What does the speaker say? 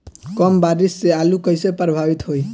कम बारिस से आलू कइसे प्रभावित होयी?